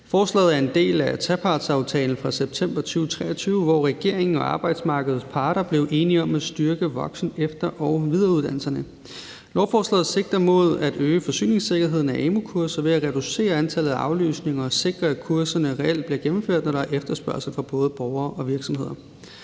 Forslaget er en del af trepartsaftalen fra september 2023, hvor regeringen og arbejdsmarkedets parter blev enige om at styrke voksen-, efter- og videreuddannelserne. Lovforslaget sigter mod at øge forsyningssikkerheden af amu-kurser ved at reducere antallet af aflysninger og sikre, at kurserne reelt bliver gennemført, når der er efterspørgsel fra både borgere og virksomheder.